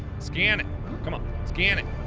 scan it c'mon scan it,